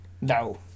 No